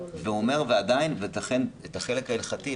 והוא אומר שעדיין את החלק ההלכתי,